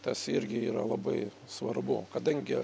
tas irgi yra labai svarbu kadangi